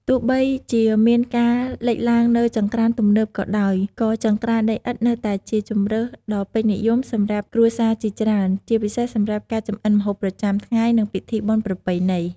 ទោះបីជាមានការលេចឡើងនូវចង្ក្រានទំនើបក៏ដោយ ក៏ចង្ក្រានដីឥដ្ឋនៅតែជាជម្រើសដ៏ពេញនិយមសម្រាប់គ្រួសារជាច្រើន ជាពិសេសសម្រាប់ការចម្អិនម្ហូបប្រចាំថ្ងៃ និងពិធីបុណ្យប្រពៃណី។